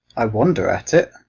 i wonder at it.